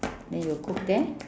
then you will cook there